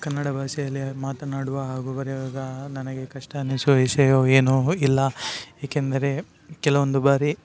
ಕನ್ನಡ ಭಾಷೆಯಲ್ಲಿ ಮಾತನಾಡುವ ಹಾಗು ಬರೆಯುವಾಗ ನನಗೆ ಕಷ್ಟ ಅನ್ನಿಸುವ ವಿಷಯವು ಏನೂ ಇಲ್ಲ ಏಕೆಂದರೆ ಕೆಲವೊಂದು ಬಾರಿ